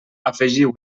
afegiu